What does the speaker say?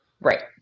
Right